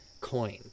coin